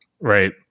right